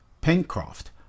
Pencroft